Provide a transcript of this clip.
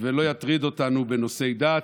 ולא יטריד אותנו בנושאי דת,